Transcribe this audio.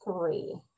three